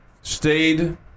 stayed